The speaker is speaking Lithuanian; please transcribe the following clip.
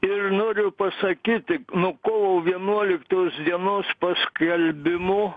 ir noriu pasakyti nuo kovo vienuoliktos dienos paskelbimo